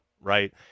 Right